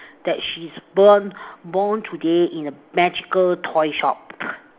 that she's born born today in a magical toy shop